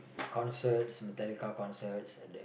concerts Metallica concerts and like